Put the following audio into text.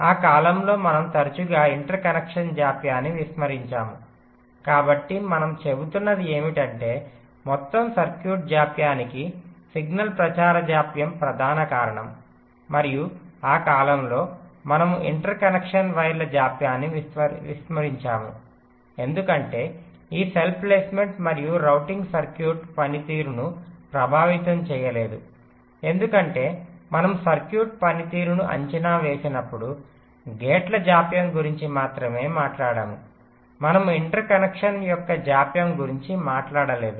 ఆ కాలంలో మనము తరచుగా ఇంటర్ కనెక్షన్ జాప్యాన్ని విస్మరించాము కాబట్టి మనము చెబుతున్నది ఏమిటంటే మొత్తం సర్క్యూట్ జాప్యానికి సిగ్నల్ ప్రచారం జాప్యం ప్రధాన కారణం మరియు ఆ కాలంలో మనము ఇంటర్ కనెక్షన్ వైర్ల జాప్యాన్ని విస్మరించాము ఎందుకంటే ఈ సెల్ ప్లేస్మెంట్ మరియు రౌటింగ్ సర్క్యూట్ పనితీరును ప్రభావితం చేయలేదు ఎందుకంటే మనము సర్క్యూట్ పనితీరును అంచనా వేసినప్పుడు గేట్ల జాప్యం గురించి మాత్రమే మాట్లాడాము మనము ఇంటర్ కనెక్షన్ యొక్క జాప్యం గురించి మాట్లాడలేదు